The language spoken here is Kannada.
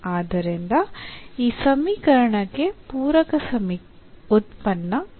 ಆದ್ದರಿಂದ ಈ ಸಮೀಕರಣಕ್ಕೆ ಪೂರಕ ಉತ್ಪನ್ನ